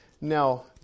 Now